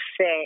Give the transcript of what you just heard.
say